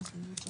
יהיה?